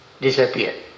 disappear